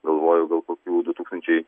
galvoju gal kokių du tūkstančiai